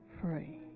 free